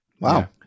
Wow